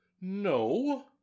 No